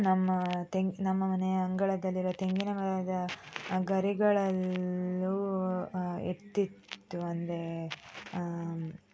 ನಮ್ಮ ತೆಂಗು ನಮ್ಮ ಮನೆಯ ಅಂಗಳದಲ್ಲಿರುವ ತೆಂಗಿನ ಮರದ ಗರಿಗಳಲ್ಲೂ ಇರ್ತಿತ್ತು ಅಂದರೆ